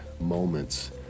moments